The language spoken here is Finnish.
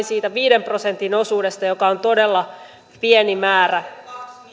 siitä viiden prosentin osuudesta joka on todella pieni määrä